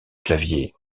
clavier